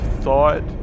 thought